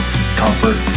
discomfort